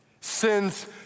Sins